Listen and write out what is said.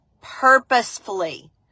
purposefully